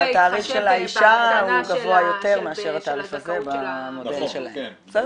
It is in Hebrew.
אבל התעריף של האישה הוא גבוה יותר מאשר התעריף הזה במודל שלהם.